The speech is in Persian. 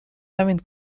همین